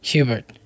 Hubert